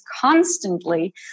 constantly